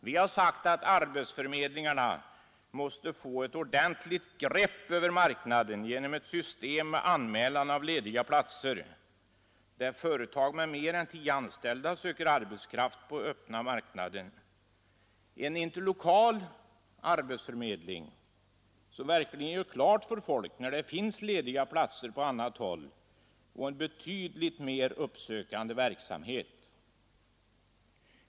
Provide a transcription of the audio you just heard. Vi har sagt att arbetsförmedlingarna måste få ett ordentligt grepp över marknaden genom ett system med anmälan av lediga platser — där företag med mer än tio anställda söker arbetskraft på öppna marknaden — en interlokal arbetsförmedling som verkligen gör klart för folk när det finns lediga platser på annat håll och en betydligt mer uppsökande verksamhet.